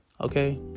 okay